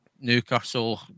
Newcastle